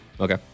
Okay